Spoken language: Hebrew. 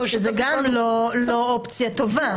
זו גם לא אופציה טובה.